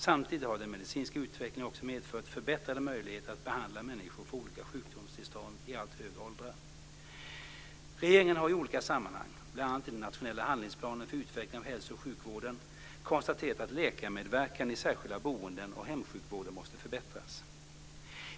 Samtidigt har den medicinska utvecklingen också medfört förbättrade möjligheter att behandla människor för olika sjukdomstillstånd i allt högre åldrar. Regeringen har i olika sammanhang, bl.a. i den nationella handlingsplanen för utveckling av hälsooch sjukvården , konstaterat att läkarmedverkan i särskilda boenden och hemsjukvården måste förbättras.